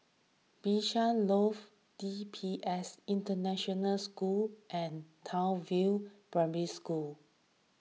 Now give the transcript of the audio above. Bishan Loft D P S International School and Townsville Primary School